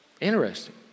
Interesting